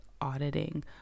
auditing